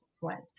went